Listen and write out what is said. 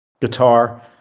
guitar